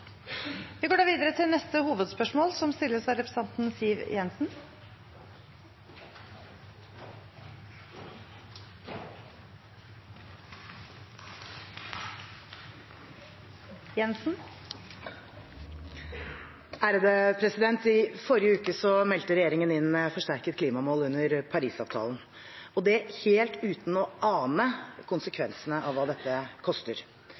Vi går da videre til neste hovedspørsmål. I forrige uke meldte regjeringen inn forsterket klimamål under Parisavtalen, og det helt uten å ane konsekvensene av hva dette koster.